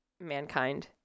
mankind